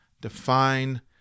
define